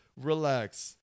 relax